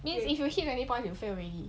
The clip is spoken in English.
means if you hit twenty points you fail already